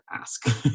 ask